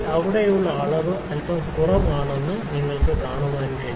ഇവിടെയുള്ള അളവ് ഇപ്പോൾ അൽപ്പം കുറവാണെന്ന് നിങ്ങൾക്ക് കാണാൻ കഴിയും